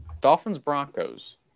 Dolphins-Broncos